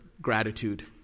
gratitude